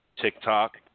TikTok